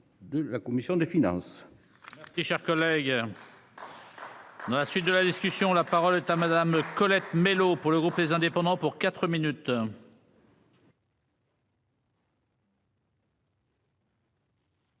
de la commission des finances.